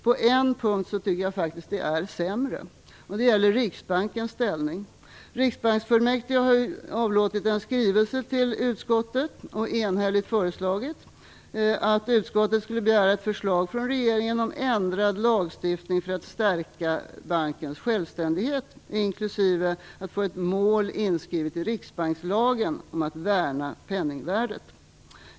På en punkt tycker jag faktiskt att det är sämre, och det gäller Riksbanksfullmäktige har avlåtit en skrivelse till utskottet och enhälligt föreslagit att utskottet skulle begära ett förslag från regeringen om ändrad lagstiftning för att stärka bankens självständighet inklusive att få inskrivet ett mål i Riksbankslagen om att värna penningvärdet.